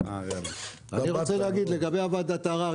אני רוצה לגבי ועדת הערר.